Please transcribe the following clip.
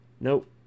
Nope